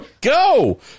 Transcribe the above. go